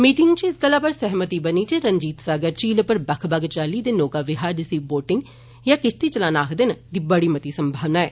मीटिंगा च इस गल्लै पर सैहमती बनी जे रंजीत सागर झील पर बक्ख बक्ख चाली दे नोका विहार जिसी बोटिंग या किश्ती चलाना आक्खदे न दी मती संभावना ऐ